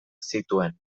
zituen